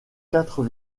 quatre